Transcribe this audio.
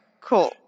cool